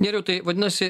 nerijau tai vadinasi